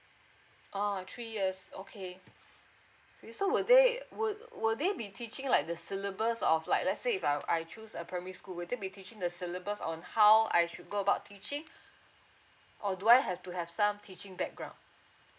oh three years okay so will they will will they be teaching like the syllabus of like let's say if I I choose a primary school will they be teaching the syllabus on how I should go about teaching or do I have to have some teaching background